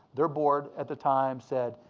their board at the time said,